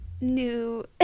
new